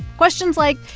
questions like,